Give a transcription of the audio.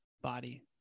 body